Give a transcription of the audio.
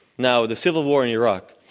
now, the civil war in iraq,